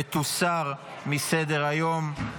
ותוסר מסדר-היום.